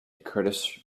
kurdish